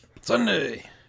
Sunday